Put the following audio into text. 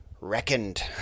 reckoned